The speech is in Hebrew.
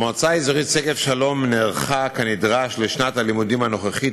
המועצה האזורית שגב-שלום נערכה כנדרש לשנת הלימודים הנוכחית,